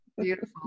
Beautiful